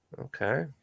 Okay